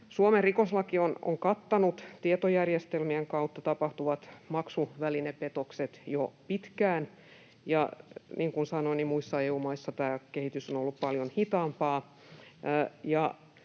Suomen rikoslaki on kattanut tietojärjestelmien kautta tapahtuvat maksuvälinepetokset jo pitkään, ja, niin kuin sanoin, muissa EU-maissa tämä kehitys on ollut paljon hitaampaa.